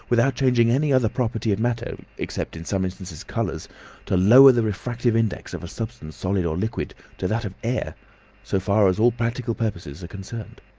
without changing any other property of matter except, in some instances colours to lower the refractive index of a substance, solid or liquid, to that of air so far as all practical purposes are concerned.